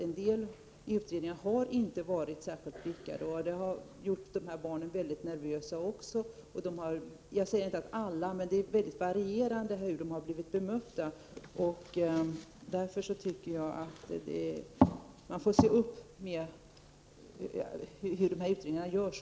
En del utredningar har inte varit särskilt lyckade, och det har gjort barnen mycket nervösa. Jag säger inte att det är så i samtliga fall, men barnen har i alla fall blivit bemötta på ett mycket varierande sätt. Jag tycker därför att man måste se upp med hur dessa utredningar görs.